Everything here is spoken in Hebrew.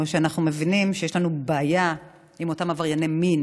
ואנחנו מבינים שיש לנו בעיה עם אותם עברייני מין,